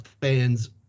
fans